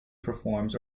performs